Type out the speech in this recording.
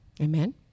Amen